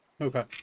Okay